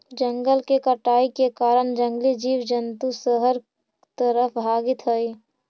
जंगल के कटाई के कारण जंगली जीव जंतु शहर तरफ भागित हइ